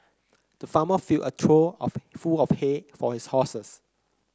the farmer filled a trough of full of hay for his horses